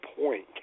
point